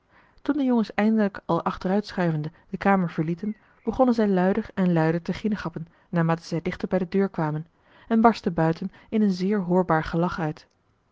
de jongens eindelijk al achteruitschuivende de kamer verlieten begonnen zij luider en luider te ginnegappen naarmate zij dichter bij de deur kwamen en barstten buiten in een zeer hoorbaar gelach uit